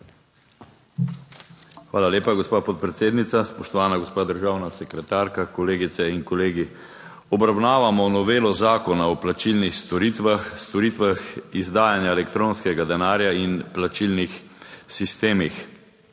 Hvala lepa, gospa podpredsednica. Spoštovana gospa državna sekretarka, kolegice in kolegi. Obravnavamo novelo Zakona o plačilnih storitvah, storitvah izdajanja elektronskega denarja in plačilnih sistemih.